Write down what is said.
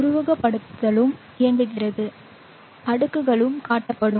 உருவகப்படுத்துதலும் இயங்குகிறது அடுக்குகளும் காட்டப்படும்